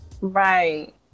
Right